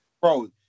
bro